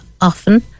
often